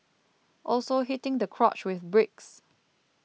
also hitting the crotch with bricks